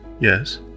Yes